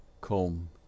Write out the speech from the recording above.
comb